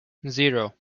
zero